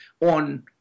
on